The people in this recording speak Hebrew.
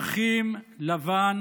לבן